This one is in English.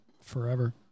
forever